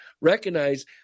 recognize